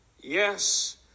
Yes